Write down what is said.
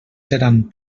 seran